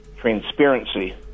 transparency